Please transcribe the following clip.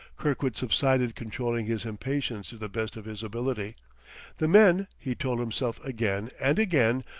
kirkwood subsided, controlling his impatience to the best of his ability the men, he told himself again and again,